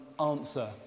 answer